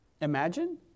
Imagine